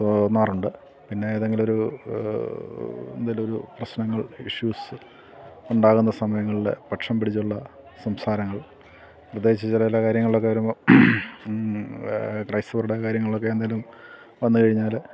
തോന്നാറുണ്ട് പിന്നെ ഏതെങ്കിലുമൊരു എന്തെങ്കിലും ഒരു പ്രശ്നങ്ങൾ ഇഷ്യൂസ് ഉണ്ടാകുന്ന സമയങ്ങളിൽ പക്ഷം പിടിച്ചുള്ള സംസാരങ്ങൾ പ്രതേകിച്ചു ചില കാര്യങ്ങളൊക്കെ വരുമ്പോൾ ക്രൈസ്തവരുടെ കാര്യങ്ങളൊക്കെ എന്തെങ്കിലും വന്നു കഴിഞ്ഞാൽ